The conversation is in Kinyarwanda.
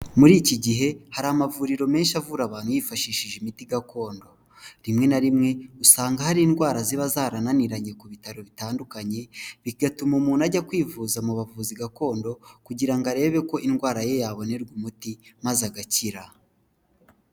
Muri iki gihe hari amavuriro menshi avura abantu yifashishije imiti gakondo rimwe na rimwe usanga hari indwara ziba zarananiranye ku bitaro bitandukanye bigatuma umuntu ajya kwivuza mu buvuzi gakondo kugira ngo arebe ko indwara ye yabonerwa umuti maze agakira.